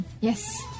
Yes